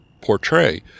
portray